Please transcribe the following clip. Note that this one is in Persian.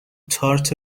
تارت